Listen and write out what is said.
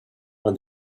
and